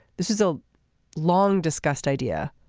this is a long discussed idea.